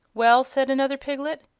well, said another piglet,